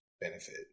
benefit